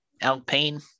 Alpine